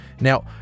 now